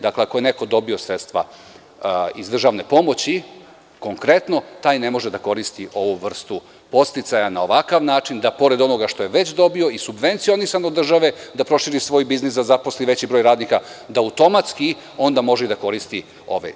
Znači, ako je neko dobio sredstva iz državne pomoći konkretno, taj ne može da koristi ovu vrstu podsticaja na ovakav način, da pored onoga što je već dobio i subvencionisan od države proširi svoj biznis, da zaposli veći broj radnika, da automatski onda može i da koristi ove.